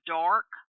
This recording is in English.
dark